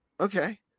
Okay